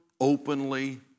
openly